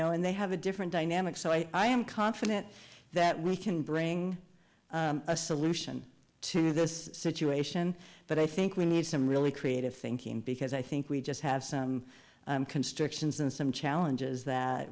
know and they have a different dynamic so i am confident that we can bring a solution to this situation but i think we need some really creative thinking because i think we just have some constrictions and some challenges that